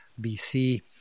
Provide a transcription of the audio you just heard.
BC